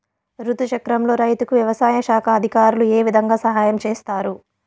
రుతు చక్రంలో రైతుకు వ్యవసాయ శాఖ అధికారులు ఏ విధంగా సహాయం చేస్తారు?